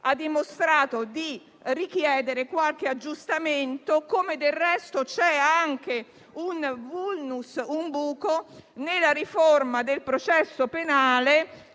ha dimostrato di richiedere qualche aggiustamento. Del resto c'è anche un *vulnus*, un buco, nella riforma del processo penale